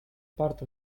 part